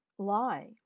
lie